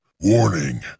Warning